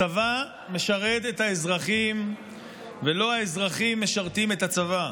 הצבא משרת את האזרחים ולא האזרחים משרתים את הצבא.